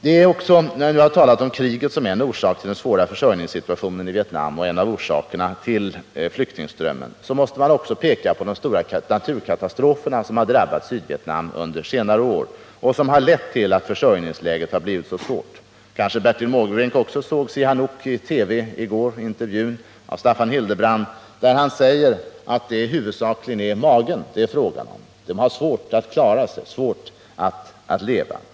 När vi nu har talat om kriget som en av orsakerna till den svåra försörjningssituationen i Vietnam och till flyktingströmmen måste vi också peka på de stora naturkatastrofer som drabbat Sydvietnam under senare år och som har lett till att försörjningsläget blivit så svårt. Kanske Bertil Måbrink också såg Staffan Hildebrands intervju med prins Sihanouk i TV i går, där han sade att det huvudsakligen är magen som det är fråga om — de har svårt att klara sig, att livnära sig.